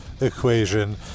equation